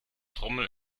trommel